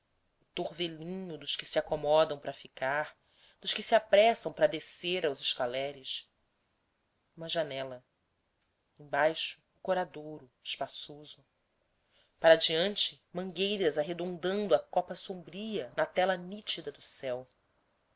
torvelinho dos que se acomodam para ficar dos que se apressam para descer aos escaleres uma janela embaixo o coradouro espaçoso para diante mangueiras arredondando a copa sombria na tela nítida do céu